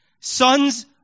Sons